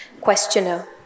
Questioner